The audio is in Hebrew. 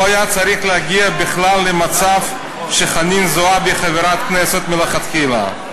לא היה צריך בכלל להגיע למצב שחנין זועבי חברת כנסת מלכתחילה.